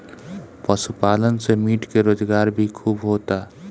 पशुपालन से मीट के रोजगार भी खूब होता